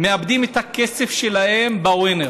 מאבדים את הכסף שלהם בווינר,